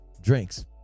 drinks